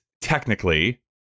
technically